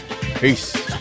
Peace